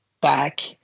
back